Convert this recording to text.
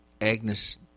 Agnes